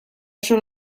oso